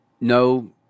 no